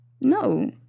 No